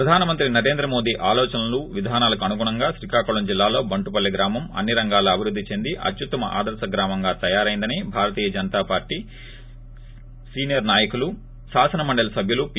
ప్రధాన మంత్రి నరెంద్ర మోదీ ఆలోచనలు విధానాలకు అనుగుణంగా శ్రీకాకుళం జిల్లాలో బంటుపల్లి గ్రామం అన్ని రంగాల్లో అభివృద్ధి చెంది అత్యుత్తమ ఆదర్ప గ్రామంగా తయారయిందని భారతీయ జనతా పార్వీ శాసన మండలి సభ్యులు పి